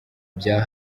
bya